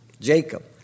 Jacob